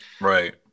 right